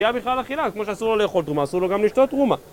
שתיה בכלל אכילה, כמו שאסור לו לאכול תרומה, אסור לו גם לשתות תרומה